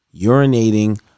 urinating